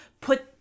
put